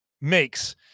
makes